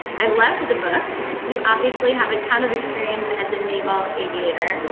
i loved the book. you obviously have a ton of experience as a naval aviator.